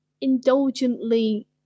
indulgently